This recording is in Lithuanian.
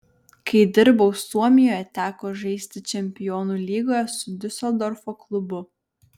kai dirbau suomijoje teko žaisti čempionų lygoje su diuseldorfo klubu